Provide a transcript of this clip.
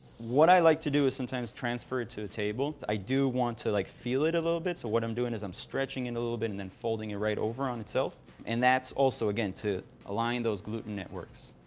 what i like to do is sometimes transfer it to the table. i do want to, like, feel it a little bit. so what i'm doing is i'm stretching it and a little bit and then folding it right over on itself and that's also, again, to align those gluten networks.